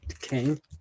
King